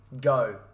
go